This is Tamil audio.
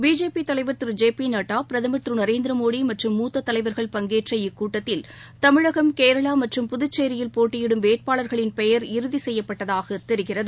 பிஜேபிதலைவர் திரு ஜெ பிநட்டா பிரதமர் திருநரேந்திரமோடிமற்றும் மூத்ததலைவர்கள் பங்கேற்ற இக்கூட்டத்தில் தமிழகம் கேரளாமற்றும் புத்சேரியில் போட்டியிடும் வேட்பாளர்களின் பெயர் இறுதிசெய்யப்பட்டதாகத் தெரிகிறது